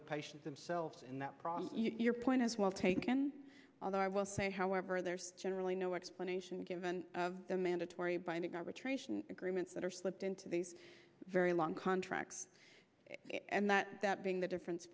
patients themselves in that problem your point is well taken although i will say however they're generally no explanation given the mandatory binding arbitration agreements that are slipped into these very long contracts and that that being the difference